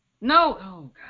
No